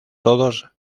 todos